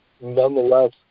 nonetheless